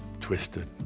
twisted